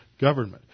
government